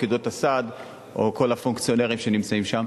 פקידות הסעד או כל הפונקציונרים שנמצאים שם.